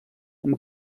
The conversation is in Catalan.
amb